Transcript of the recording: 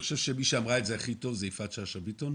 מי שאמרה את זה הכי טוב זה יפעת שאשא ביטון.